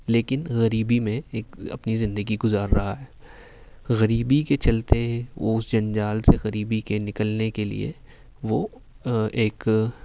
لیکن غریبی میں ایک اپنی زندگی گزار رہا ہے غریبی کے چلتے وہ اس جنجال سے غریبی کے نکلنے کے لیے وہ ایک